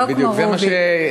לא כמו רובי.